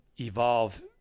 evolve